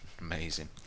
Amazing